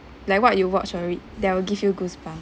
like what you watch or read that will give you goosebumps